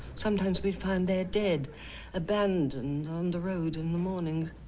sometimes we'd find their dead abandoned on the road in the morning.